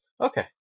Okay